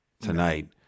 tonight